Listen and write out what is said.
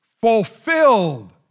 fulfilled